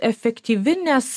efektyvi nes